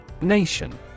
Nation